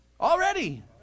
already